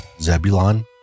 Zebulon